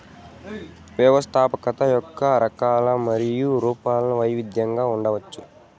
వ్యవస్థాపకత యొక్క రకాలు మరియు రూపాలు వైవిధ్యంగా ఉండవచ్చు